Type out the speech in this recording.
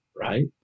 right